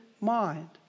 mind